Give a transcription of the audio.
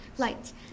Lights